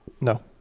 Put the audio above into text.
No